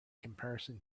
comparison